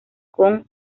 con